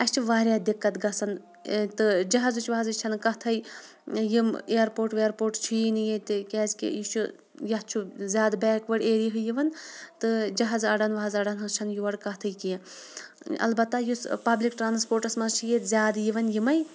اَسہِ چھِ واریاہ دِقت گژھان تہٕ جہازٕچ وَہازٕچ چھَنہٕ کَتھٕے یِم اِیَرپوٹ وِیَرپوٹ چھِ یی نہٕ ییٚتہِ کیٛازِکہِ یہِ چھُ یَتھ چھُ زیادٕ بیک وٲڈ ایریِہی یِوان تہٕ جہازٕ اَڈَن وہازٕ اَڈَن ہٕنٛز چھَنہٕ یور کَتھٕے کینٛہہ البتہ یُس پبلِک ٹرٛانَسپوٹَس منٛز چھِ ییٚتہِ زیادٕ یِوان یِمٕے